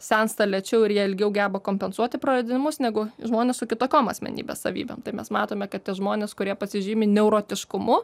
sensta lėčiau ir jie ilgiau geba kompensuoti praradimus negu žmonės su kitokiom asmenybės savybėm tai mes matome kad tie žmonės kurie pasižymi neurotiškumu